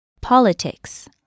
Politics